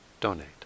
donate